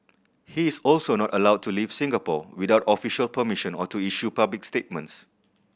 he is also not allowed to leave Singapore without official permission or to issue public statements